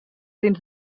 dins